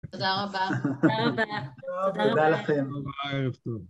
תודה רבה, תודה רבה, תודה רבה, תודה לכם, תודה ערב טוב